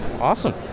Awesome